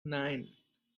nine